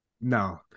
No